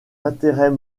intérêts